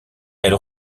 elle